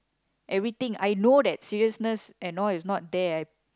everything I know that seriousness and all is not there I